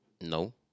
No